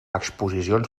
exposicions